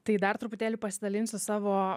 tai dar truputėlį pasidalinsiu savo